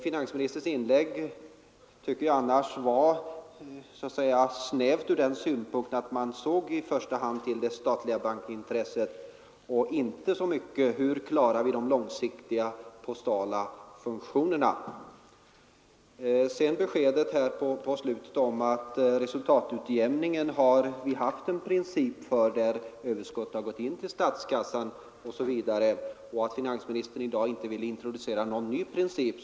Finansministerns inlägg tycker jag annars var så att säga snävt från den synpunkten att han i första hand såg till det statliga bankintresset och inte så mycket till hur vi långsiktigt skall klara de postala funktionerna. Mot slutet av sitt anförande lämnade finansministern beskedet om att man för resultatutjämning har haft en princip som inneburit att överskottet gått in till statskassan osv. och att finansministern i dag inte ville introducera någon ny princip.